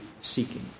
seeking